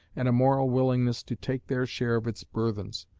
and a moral willingness to take their share of its burthens,